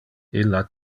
illa